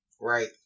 Right